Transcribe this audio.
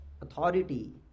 authority